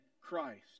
Christ